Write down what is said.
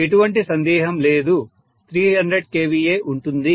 ఎటువంటి సందేహం లేదు 300KVA ఉంటుంది